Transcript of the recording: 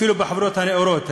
אפילו בחברות הנאורות.